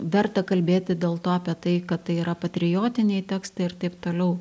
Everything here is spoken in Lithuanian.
verta kalbėti dėl to apie tai kad tai yra patriotiniai tekstai ir taip toliau